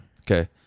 Okay